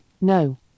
no